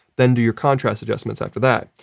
then do your contrast adjustments after that.